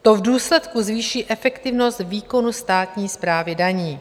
To v důsledku zvýší efektivnost výkonu státní správy daní.